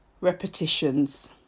repetitions